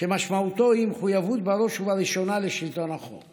שמשמעותו היא מחויבות בראש ובראשונה לשלטון החוק